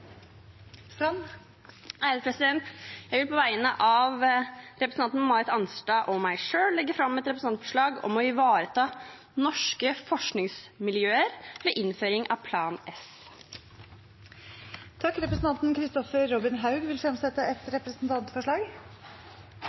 Jeg vil på vegne av representanten Marit Arnstad og meg selv legge fram et representantforslag om å ivareta norske forskningsmiljøer ved innføringen av Plan S. Representanten Kristoffer Robin Haug vil fremsette et representantforslag.